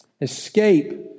escape